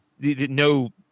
no